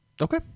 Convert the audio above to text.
Okay